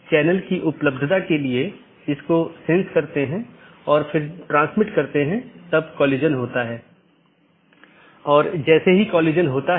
इसलिए समय समय पर जीवित संदेश भेजे जाते हैं ताकि अन्य सत्रों की स्थिति की निगरानी कर सके